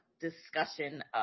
discussion